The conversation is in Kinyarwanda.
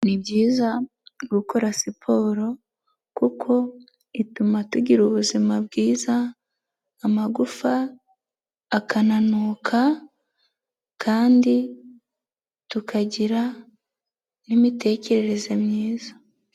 Ni byiza gukora siporo kuko ituma tugira ubuzima bwiza amagufa akananuka kandi tukagira n'imitekerereze myiza.